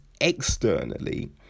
externally